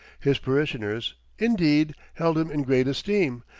his parishioners, indeed, held him in great esteem,